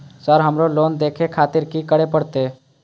Sir हमरो loan देखें खातिर की करें परतें?